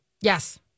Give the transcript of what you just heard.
Yes